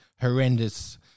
horrendous